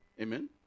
Amen